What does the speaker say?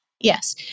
Yes